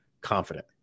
confident